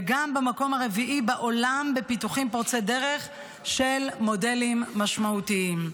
וגם במקום הרביעי בעולם בפיתוחים פורצי דרך של מודלים משמעותיים.